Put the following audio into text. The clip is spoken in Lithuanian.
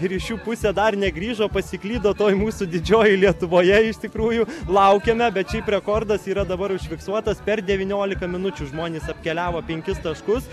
ir iš jų pusė dar negrįžo pasiklydo toj mūsų didžioj lietuvoje iš tikrųjų laukiame bet šiaip rekordas yra dabar užfiksuotas per devyniolika minučių žmonės apkeliavo penkis taškus